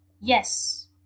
Yes